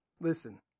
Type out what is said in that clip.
Listen